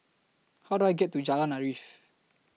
How Do I get to Jalan Arif